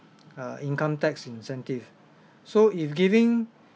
err income tax incentive so if giving